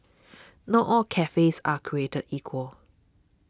not all cafes are created equal